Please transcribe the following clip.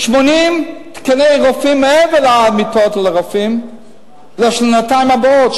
80 תקני רופאים מעבר למיטות ולרופאים לשנתיים הבאות,